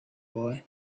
boy